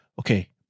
Okay